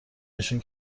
نشون